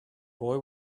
boy